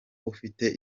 ufite